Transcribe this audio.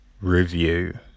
review